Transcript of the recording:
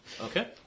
Okay